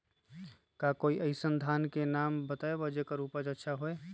का कोई अइसन धान के नाम बताएब जेकर उपज अच्छा से होय?